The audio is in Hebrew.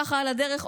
ככה על הדרך,